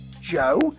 Joe